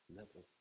level